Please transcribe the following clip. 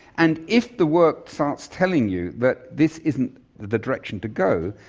and if the work starts telling you that this isn't the direction to go,